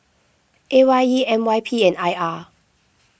A Y E M Y P and I R